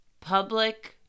Public